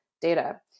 data